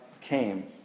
came